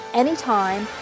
anytime